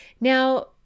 Now